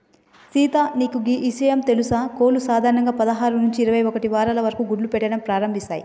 సీత నాకు గీ ఇషయం తెలుసా కోళ్లు సాధారణంగా పదహారు నుంచి ఇరవై ఒక్కటి వారాల వరకు గుడ్లు పెట్టడం ప్రారంభిస్తాయి